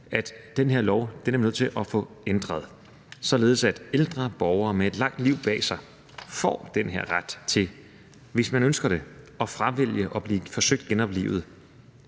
at den her lov er vi nødt til at få ændret, således at ældre borgere med et langt liv bag sig, får den her ret til, hvis de ønsker det, at fravælge at blive forsøgt genoplivet,